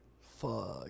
Fuck